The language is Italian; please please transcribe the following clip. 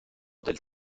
del